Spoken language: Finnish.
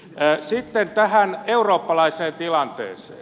sitten tähän eurooppalaiseen tilanteeseen